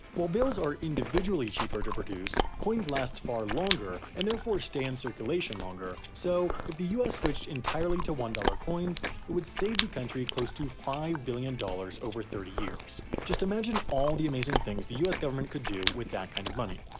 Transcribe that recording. while bills are individually cheaper to produce, coins last far longer and therefore stay in circulation longer, so, if the us switched entirely to one dollars coins, it would save the country close to five billion dollars over thirty years. just imagine all the things the us government could do with that kind of money.